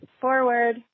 Forward